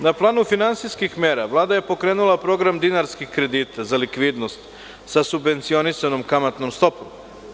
Na planu finansijskih mera Vlada je pokrenula program dinarskih kredita za likvidnost sa subvencionisanom kamatnom stopom.